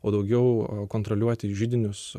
o daugiau kontroliuoti židinius